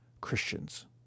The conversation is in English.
Christians